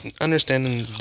understanding